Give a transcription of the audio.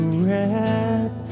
wrap